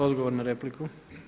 Odgovor na repliku.